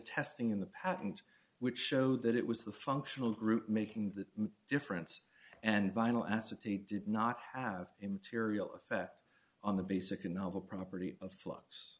esting in the patent which showed that it was the functional group making the difference and vinyl acetate did not have a material effect on the basic and novel property of flux